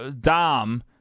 Dom